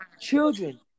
children